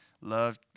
love